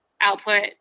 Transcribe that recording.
output